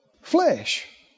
flesh